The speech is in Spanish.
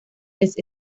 les